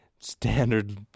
standard